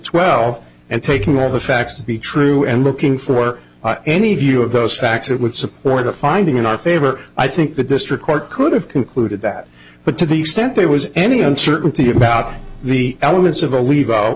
twelve and taking all the facts be true and looking for any view of those facts that would support a finding in our favor i think the district court could have concluded that but to the extent there was any uncertainty about the elements of a leave out